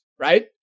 Right